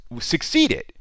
succeeded